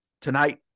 Tonight